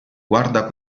guarda